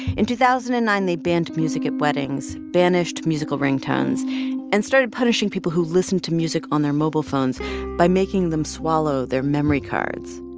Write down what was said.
in two thousand and nine, they banned music at weddings, banished musical ringtones and started punishing people who listened to music on their mobile phones by making them swallow their memory cards.